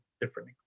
different